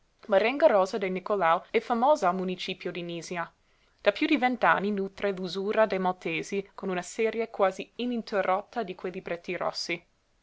marenga rosa de nicolao è famosa al municipio di nisia da piú di vent'anni nutre l'usura dei maltesi con una serie quasi ininterrotta di quei libretti rossi